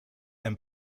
and